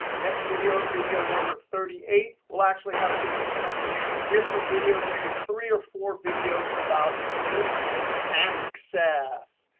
next video video number thirty eight we'll actually have just a few different videos, maybe three or four videos about basic access.